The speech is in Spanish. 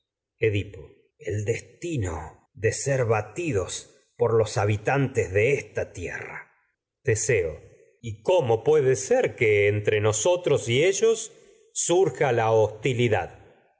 edipo el destino de ser batidos por los habitantes de esta tierra teseo y cómo puede ser que entre nosotros y ellos surja la hostilidad